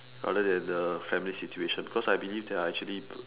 rather than the family situation because I believe there are actually